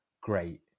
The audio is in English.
great